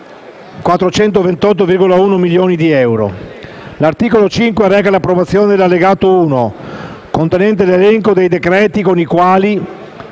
245.428,1 milioni di euro. L'articolo 5 reca l'approvazione dell'allegato n. 1 contenente l'elenco dei decreti con i quali